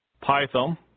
Python